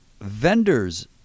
vendor's